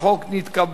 התשע"ב 2012,